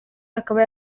akaba